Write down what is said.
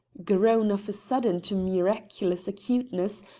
grown of a sudden to miraculous acuteness,